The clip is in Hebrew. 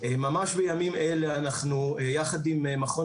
ממש בימים האלה אנחנו יחד עם מכון